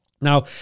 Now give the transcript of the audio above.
Now